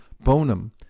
bonum